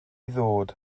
ddod